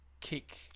Kick